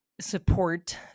support